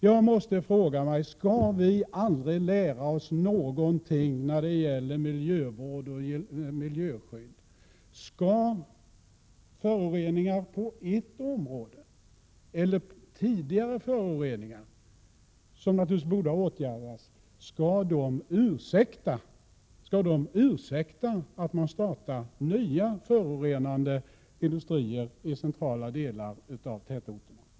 Jag måste då fråga: Skall vi aldrig lära oss någonting när det gäller miljövård och miljöskydd? Skall föroreningar på ett område eller tidigare föroreningar, som naturligtvis borde ha åtgärdats, ursäkta att man startar nya förorenande industrier i centrala delar av tätorterna?